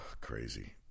crazy